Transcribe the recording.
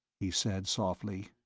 he said softly.